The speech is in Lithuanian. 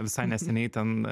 visai neseniai ten